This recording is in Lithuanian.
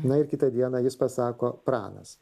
na ir kitą dieną jis pasako pranas